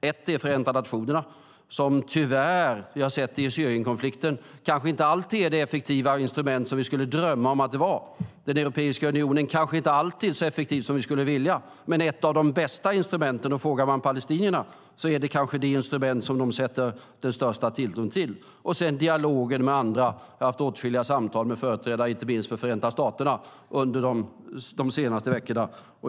Ett är Förenta nationerna, som vi tyvärr har sett i Syrienkonflikten inte alltid är det effektiva instrument som vi skulle drömma om att det var. Europeiska unionen kanske inte alltid är så effektiv som vi skulle vilja men är ett av de bästa instrumenten, och frågar man palestinierna är det kanske det instrument som de sätter den största tilltron till. Ett annat instrument är dialogen med andra. Jag har haft åtskilliga samtal med företrädare för icke minst Förenta staterna under de senaste veckorna.